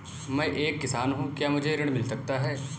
मैं एक किसान हूँ क्या मुझे ऋण मिल सकता है?